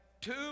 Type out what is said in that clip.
two